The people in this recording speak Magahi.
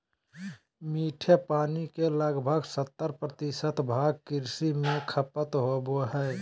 मीठे पानी के लगभग सत्तर प्रतिशत भाग कृषि में खपत होबो हइ